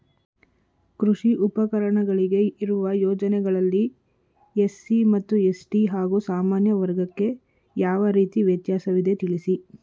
ಕೃಷಿ ಉಪಕರಣಗಳಿಗೆ ಇರುವ ಯೋಜನೆಗಳಲ್ಲಿ ಎಸ್.ಸಿ ಮತ್ತು ಎಸ್.ಟಿ ಹಾಗೂ ಸಾಮಾನ್ಯ ವರ್ಗಕ್ಕೆ ಯಾವ ರೀತಿ ವ್ಯತ್ಯಾಸವಿದೆ ತಿಳಿಸಿ?